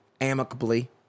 amicably